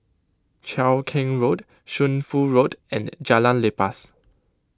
Cheow Keng Road Shunfu Road and Jalan Lepas